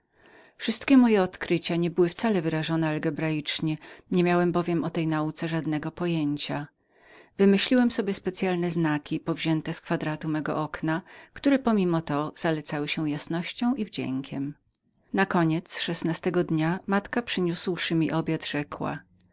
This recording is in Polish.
wszystkie moje odkrycia nie były wcale wyrażone po algebraicznemu nie miałem bowiem o tej nauce żadnego pojęcia ale wymyśliłem sobie osobne znaki powzięte od kwadratów mego okna które pomimo to zalecały się jasnością i wdziękiemwdziękiem nakoniec szesnastego dnia moja matka przyniosłszy mi obiad rzekła